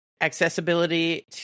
accessibility